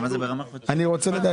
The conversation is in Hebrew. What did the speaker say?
אני רוצה לדעת.